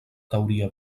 teoria